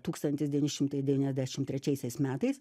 tūkstantis devyni šimtai devyniasdešim trečiaisiais metais